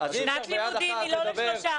נחכה לאוצר.